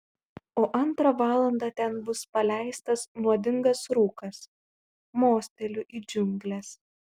o antrą valandą ten bus paleistas nuodingas rūkas mosteliu į džiungles